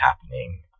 happening